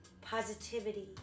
positivity